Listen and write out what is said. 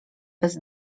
bez